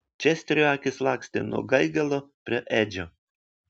česterio akys lakstė nuo gaigalo prie edžio